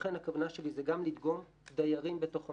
ולכן הכוונה שלי היא גם לדגום דיירים בתוך המערכת.